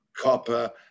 copper